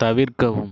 தவிர்க்கவும்